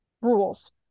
rules